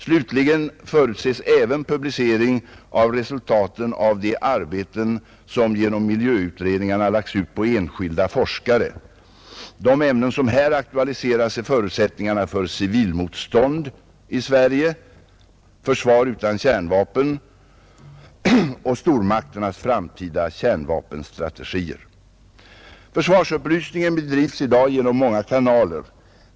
Slutligen förutses även publicering av resultaten av de arbeten som genom miljöutredningarna lagts ut på enskilda forskare. De ämnen som här aktualiseras är förutsättningarna för civilmotstånd i Sverige, försvar utan kärnvapen och stormakternas framtida kärnvapenstrategier. Försvarsupplysningen bedrivs i dag genom många kanaler.